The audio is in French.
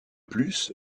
plus